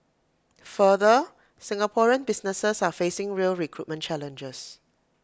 further Singaporean businesses are facing real recruitment challenges